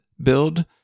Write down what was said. build